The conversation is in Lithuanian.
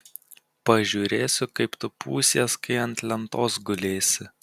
pažiūrėsiu kaip tu pūsies kai ant lentos gulėsi